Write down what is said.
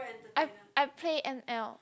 I I play M_L